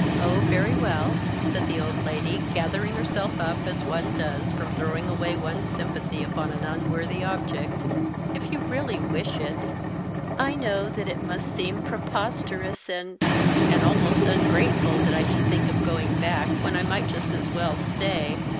oh, very well, said the old lady, gathering herself up as one does from throwing away one's sympathy upon an unworthy object if you really wish it i know that it must seem preposterous and and almost ungrateful that i should think of going back, when i might just as well stay.